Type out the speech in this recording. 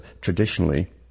traditionally